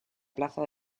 plaza